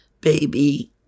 baby